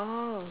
oh